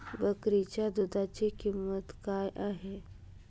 बकरीच्या दूधाची किंमत काय आहे?